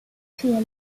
clear